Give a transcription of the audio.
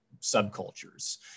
subcultures